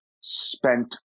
spent